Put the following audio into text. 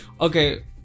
Okay